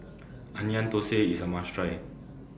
Onion Thosai IS A must Try